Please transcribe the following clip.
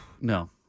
No